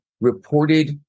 reported